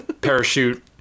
parachute